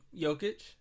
Jokic